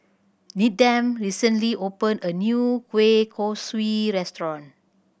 Needham recently opened a new kueh kosui restaurant